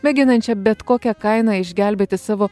mėginančia bet kokia kaina išgelbėti savo